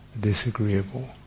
disagreeable